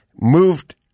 moved